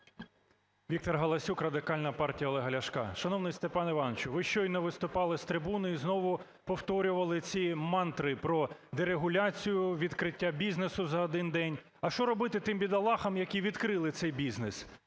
Віктор Галасюк, Радикальна партія Олега Ляшка. Шановний Степане Івановичу, ви щойно виступали з трибуни і знову повторювали ці мантри про дерегуляцію, відкриття бізнесу за один день. А що робити тим бідолахам, які відкрили цей бізнес,